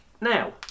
now